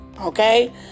okay